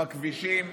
בכבישים,